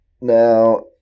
Now